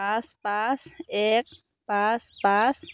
পাঁচ পাঁচ এক পাঁচ পাঁচ